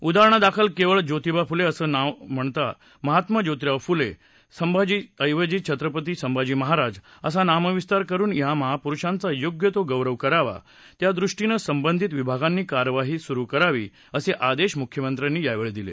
उदाहरणादाखल केवळ जोतिबा फुले असे न म्हणता महात्मा जोतिराव फुले संभाजीऐवजी छत्रपती संभाजी महाराज असा नामविस्तार करून या महापुरुषांचा योग्य तो गौरव करावा या दृष्टीनं संबंधित विभागांनी कार्यवाही सुरु करावी असे आदेश मुख्यमंत्र्यांनी यावेळी दिले